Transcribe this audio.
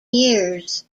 years